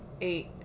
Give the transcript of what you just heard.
eight